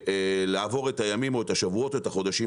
לעבור את הימים או את השבועות והחודשים